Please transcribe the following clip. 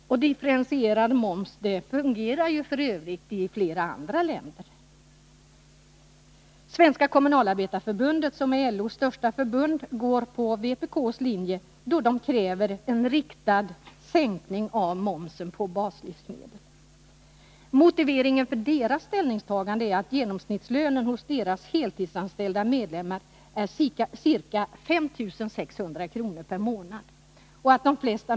Differentierad moms fungerar för övrigt i flera andra länder. Svenska Kommunalarbetareförbundet, som är LO:s största förbund, går på vpk:s linje då man kräver en riktad sänkning av momsen på baslivsmedel. Motiveringen för Kommunalarbetareförbundets ställningstagande är att genomsnittslönen hos dess heltidsanställda medlemmar är ca 5 600 kr. per månad och att de flesta.